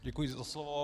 Děkuji za slovo.